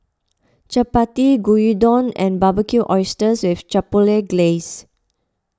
Chapati Gyudon and Barbecued Oysters with Chipotle Glaze